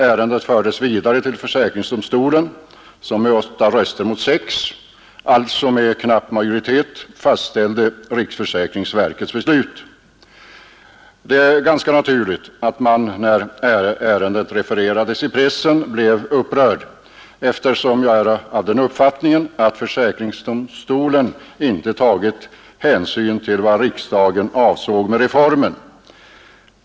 Ärendet fördes vidare till försäkringsdomstolen, som med åtta röster mot sex, alltså med knapp majoritet, fastställde riksförsäkringsverkets beslut. Det är ganska naturligt att jag, när ärendet refererades i pressen, blev upprörd, eftersom jag ansåg att försäkringsdomstolen inte tagit hänsyn till vad riksdagen avsåg med reformen.